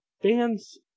fans